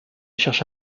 cherche